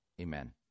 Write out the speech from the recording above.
Amen